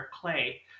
clay